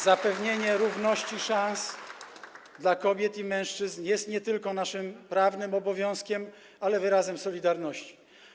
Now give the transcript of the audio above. Zapewnienie równości szans dla kobiet i mężczyzn jest nie tylko naszym prawnym obowiązkiem, ale wyrazem solidarności.